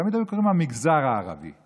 תמיד קראו לה "המגזר הערבי";